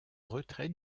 retrait